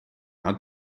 hat